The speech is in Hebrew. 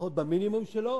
לפחות במינימום שלו,